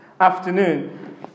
afternoon